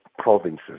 provinces